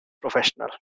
professional